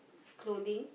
clothing